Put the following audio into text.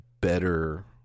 better